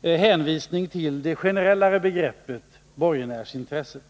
intagit, det generellare begreppet borgenärsintresse.